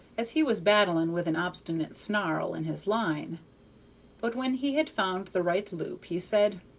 as he was battling with an obstinate snarl in his line but when he had found the right loop he said,